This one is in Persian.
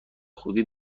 خوبی